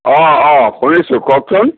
অঁ অঁ শুনিছো কওকচোন